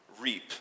reap